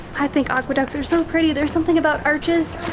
i think aqueducts are so pretty. there's something about arches,